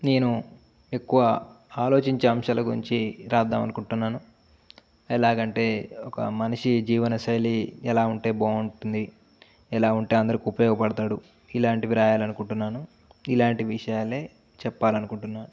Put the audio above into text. నేను ఎక్కువ ఆలోచించే అంశాల గురించి రాద్దామని అనుకుంటున్నాను ఎలాగ అంటే ఒక మనిషి జీవన శైలి ఎలా ఉంటే బాగుంటుంది ఎలా ఉంటే అందరికి ఉపయోగపడతాడు ఇలాంటివి రాయాలి అనుకుంటున్నాను ఇలాంటి విషయాలే చెప్పాలి అనుకుంటున్నాను